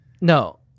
No